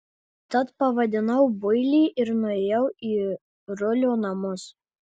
tad pavadinau builį ir nuėjau į rulio namus